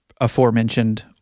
aforementioned